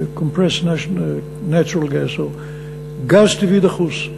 Compressed Natural Gas, או גז טבעי דחוס.